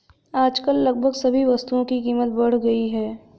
आजकल लगभग सभी वस्तुओं की कीमत बढ़ गई है